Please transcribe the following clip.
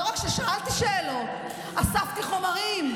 לא רק ששאלתי שאלות, אספתי חומרים,